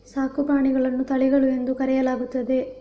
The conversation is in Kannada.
ಸಾಕು ಪ್ರಾಣಿಗಳನ್ನು ತಳಿಗಳು ಎಂದು ಕರೆಯಲಾಗುತ್ತದೆ